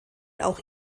auch